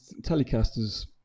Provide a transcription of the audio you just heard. Telecasters